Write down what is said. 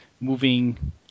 moving